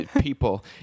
people